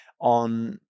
on